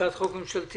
הצעת חווק ממשלתית.